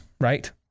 right